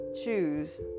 choose